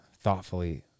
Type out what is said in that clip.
thoughtfully